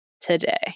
today